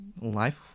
life